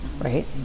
Right